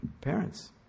parents